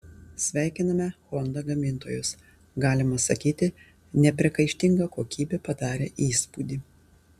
sveikiname honda gamintojus galima sakyti nepriekaištinga kokybė padarė įspūdį